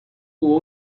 hubo